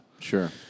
Sure